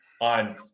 on –